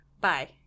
Bye